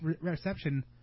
reception